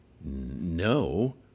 No